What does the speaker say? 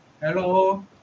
Hello